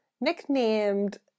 nicknamed